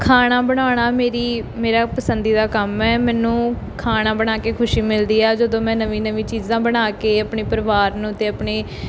ਖਾਣਾ ਬਣਾਉਣਾ ਮੇਰੀ ਮੇਰਾ ਪਸੰਦੀਦਾ ਕੰਮ ਹੈ ਮੈਨੂੰ ਖਾਣਾ ਬਣਾ ਕੇ ਖੁਸ਼ੀ ਮਿਲਦੀ ਹੈ ਜਦੋਂ ਮੈਂ ਨਵੀਂ ਨਵੀਂ ਚੀਜ਼ਾਂ ਬਣਾ ਕੇ ਆਪਣੇ ਪਰਿਵਾਰ ਨੂੰ ਅਤੇ ਆਪਣੇ